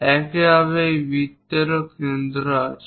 একইভাবে এই বৃত্তের কেন্দ্র আছে